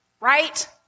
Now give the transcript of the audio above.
right